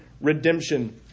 redemption